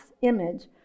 image